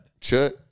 Chut